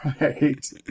Right